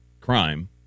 crime